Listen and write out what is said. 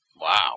Wow